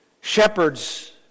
shepherds